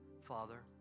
Father